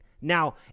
Now